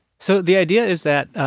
so the idea is that,